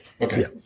Okay